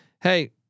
Hey